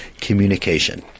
communication